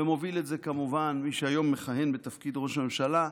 הוביל את זה כמובן מי שהיום מכהן בתפקיד ראש הממשלה: